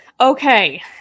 Okay